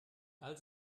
all